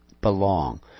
belong